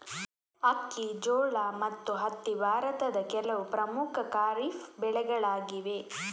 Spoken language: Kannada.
ಅಕ್ಕಿ, ಜೋಳ ಮತ್ತು ಹತ್ತಿ ಭಾರತದ ಕೆಲವು ಪ್ರಮುಖ ಖಾರಿಫ್ ಬೆಳೆಗಳಾಗಿವೆ